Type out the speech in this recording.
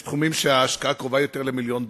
יש תחומים שבהם ההשקעה קרובה יותר למיליון דולר.